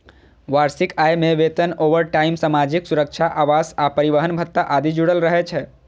वार्षिक आय मे वेतन, ओवरटाइम, सामाजिक सुरक्षा, आवास आ परिवहन भत्ता आदि जुड़ल रहै छै